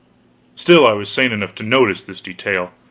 still, i was sane enough to notice this detail,